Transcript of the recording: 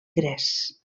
gres